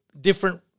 different